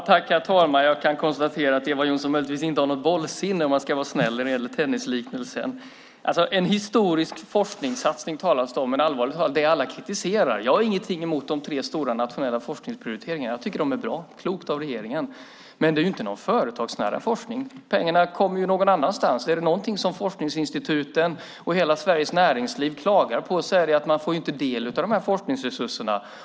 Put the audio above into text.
Herr talman! Jag kan konstatera att Eva Johnsson möjligtvis inte har något bollsinne, om man ska vara snäll när det gäller tennisliknelsen. En historisk forskningssatsning talas det om. Men allvarlig talat, jag har ingenting emot de stora nationella forskningsprioriteringarna. Jag tycker att de är bra. Det är klokt av regeringen att göra dem. Men det är inte någon företagsnära forskning. Pengarna går någon annanstans. Om det är något som forskningsinstituten och hela Sveriges näringsliv klagar på är det att man inte får del av dessa forskningsresurser.